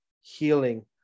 healing